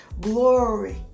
glory